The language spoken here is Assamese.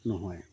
নহয়